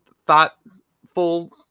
thoughtful